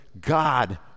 God